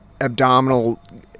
abdominal